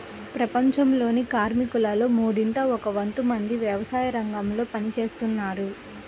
ప్రపంచంలోని కార్మికులలో మూడింట ఒక వంతు మంది వ్యవసాయరంగంలో పని చేస్తున్నారు